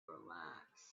relaxed